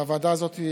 הוועדה הזאת,